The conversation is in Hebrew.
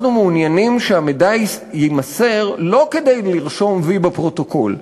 אנחנו מעוניינים שהמידע יימסר לא כדי לרשום "וי" בפרוטוקול,